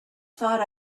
thought